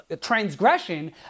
transgression